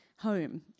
Home